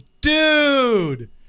dude